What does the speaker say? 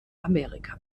amerika